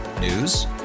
News